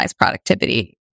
productivity